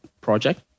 project